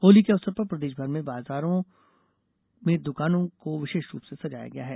होली के अवसर पर प्रदेशभर के बाजारों में दुकानों को विशेष रूप से सजाया गया है